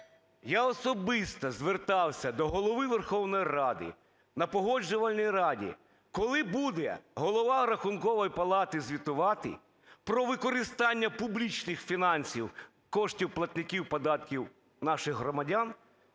Я особисто звертався до Голови Верховної Ради на Погоджувальній Раді, коли буде Голова Рахункової палати звітувати про використання публічних фінансів, коштів платників податків - наших громадян,